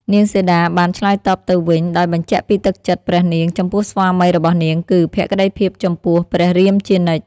នាងសីតាបាន ឆ្លើយតបទៅវិញ ដោយបញ្ជាក់ពីទឹកចិត្តព្រះនាង ចំពោះស្វាមីរបស់នាង គឺ ភក្តីភាពចំពោះព្រះរាមជានិច្ច។